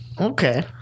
Okay